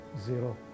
zero